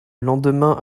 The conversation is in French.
lendemain